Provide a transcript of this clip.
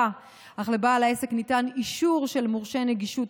אך לבעל העסק ניתן אישור של מורשה נגישות,